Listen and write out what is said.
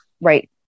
Right